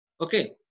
okay